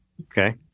Okay